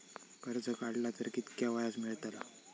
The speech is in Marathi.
कर्ज काडला तर कीतक्या व्याज मेळतला?